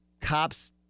cops